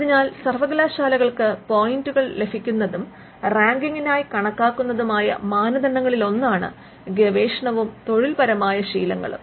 അതിനാൽ സർവകലാശാലകൾക്ക് പോയിന്റുകൾ ലഭിക്കുന്നതും റാങ്കിങ്ങിനായി കണക്കാക്കുന്നതുമായ മാനദണ്ഡങ്ങളിലൊന്നാണ് ഗവേഷണവും തൊഴിൽപരമായ ശീലങ്ങളും